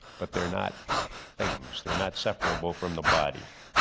but they're not things, they're not separable from the body.